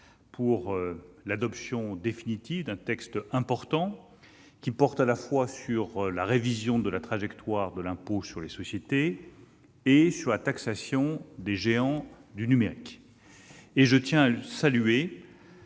pour l'adoption définitive d'un projet de loi important, qui porte à la fois sur la révision de la trajectoire de l'impôt sur les sociétés et sur la taxation des géants du numérique. Je tiens à saluer